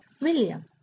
William